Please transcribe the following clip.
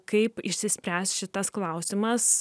kaip išsispręs šitas klausimas